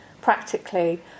practically